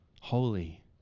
holy